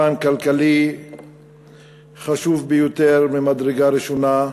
פן כלכלי חשוב ביותר ממדרגה ראשונה,